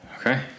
Okay